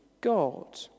God